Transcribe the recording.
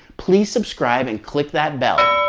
please subscribe and click that bell.